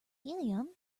helium